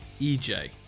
EJ